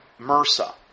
MRSA